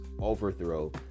overthrow